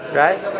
right